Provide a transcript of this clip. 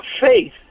faith